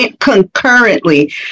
concurrently